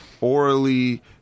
orally